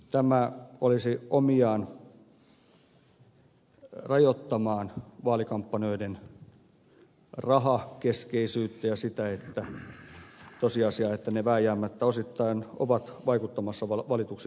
tämä olisi omiaan rajoittamaan vaalikampanjoiden rahakeskeisyyttä ja sitä tosiasiaa että ne vääjäämättä osittain ovat vaikuttamassa valituksi tulemiseen